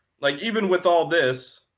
like even with all this,